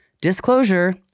Disclosure